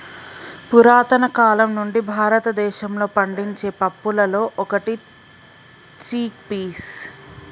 పురతన కాలం నుండి భారతదేశంలో పండించే పప్పులలో ఒకటి చిక్ పీస్